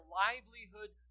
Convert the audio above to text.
livelihood